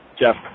Jeff